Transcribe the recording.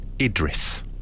Idris